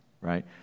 right